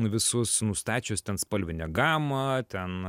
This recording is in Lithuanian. visus nustačius ten spalvinę gamą ten